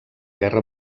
guerra